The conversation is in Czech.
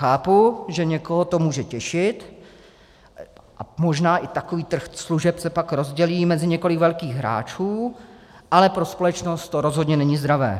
Chápu, že někoho to může těšit, možná i takový trh služeb se pak rozdělí mezi několik velkých hráčů, ale pro společnost to rozhodně není zdravé.